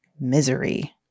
misery